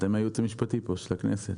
אתם הייעוץ המשפטי של הכנסת.